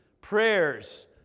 prayers